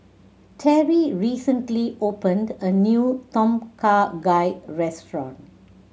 Terri recently opened a new Tom Kha Gai restaurant